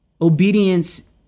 Obedience